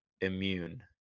immune